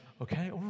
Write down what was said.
okay